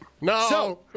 No